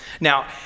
Now